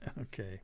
Okay